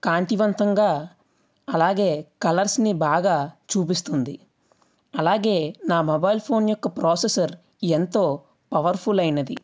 కాంతివంతంగా అలాగే కలర్స్ని బాగా చూపిస్తుంది అలాగే నా మొబైల్ ఫోన్ యొక్క ప్రోసెసర్ ఎంతో పవర్ఫుల్ అయింది